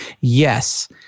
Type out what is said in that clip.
yes